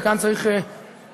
וכאן צריך לפרגן,